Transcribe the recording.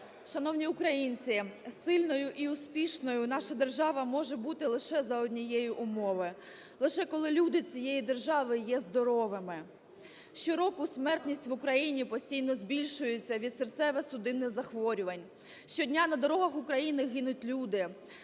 Шановні українці, сильною і успішною наша держава може бути лише за однієї умови: лише коли люди цієї держави є здоровими. Щороку смертність в Україні постійно збільшується від серцево-судинних захворювань. Щодня на дорогах України гинуть люди.